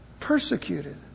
persecuted